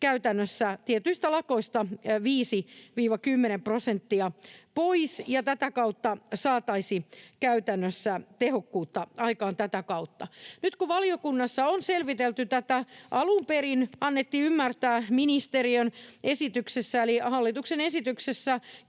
käytännössä tietyistä lakoista 5—10 prosenttia pois, ja tätä kautta saataisiin käytännössä tehokkuutta aikaan. Nyt kun valiokunnassa on selvitelty tätä, alun perin annettiin ymmärtää ministeriön esityksessä eli hallituksen esityksessä,